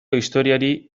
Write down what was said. historiari